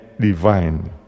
divine